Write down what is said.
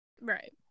Right